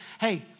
hey